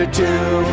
two